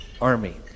Army